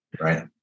Right